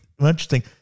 interesting